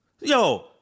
Yo